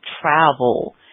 travel